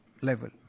level